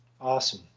Awesome